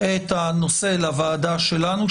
את הנושא לוועדה שלנו,